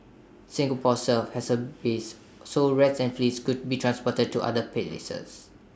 Singapore served has A base so rats and fleas could be transported to other places